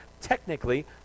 technically